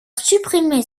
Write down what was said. supprimé